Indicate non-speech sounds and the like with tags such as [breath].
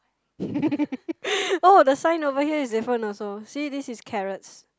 [laughs] [breath] oh the sign over here is different also see this is carrots